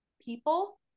people